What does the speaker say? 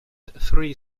three